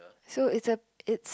so it's a it's